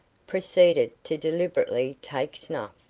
proceeded to deliberately take snuff.